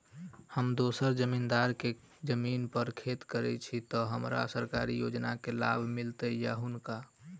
हम दोसर जमींदार केँ जमीन पर खेती करै छी तऽ की हमरा सरकारी योजना केँ लाभ मीलतय या हुनका?